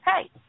hey